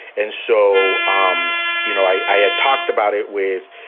and so, um you know, i had talked about it with,